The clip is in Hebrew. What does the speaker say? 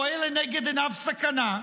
רואה לנגד עיניו סכנה,